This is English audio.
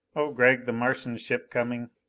oh gregg! the martian ship coming!